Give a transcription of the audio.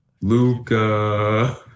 Luca